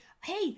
Hey